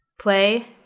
Play